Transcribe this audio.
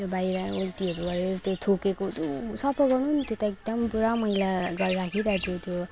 त्यो बाहिर उल्टीहरू गरेको त्यो थुकेको सफा गर्नु नि त्यो त एकदम पुरा मैला गरेर राखिराखेको थियो